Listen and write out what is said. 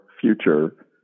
future